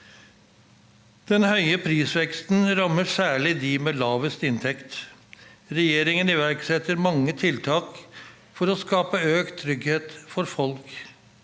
Den høye prisveksten rammer særlig dem med lavest inntekt. Regjeringen iverksetter mange tiltak for å skape økt trygghet for folk